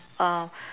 uh